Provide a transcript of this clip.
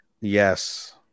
yes